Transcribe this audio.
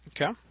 Okay